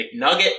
McNugget